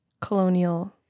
colonial